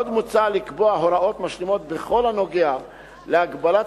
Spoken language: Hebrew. עוד מוצע לקבוע הוראות משלימות בכל הנוגע להגבלת